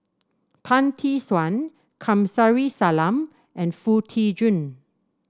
Tan Tee Suan Kamsari Salam and Foo Tee Jun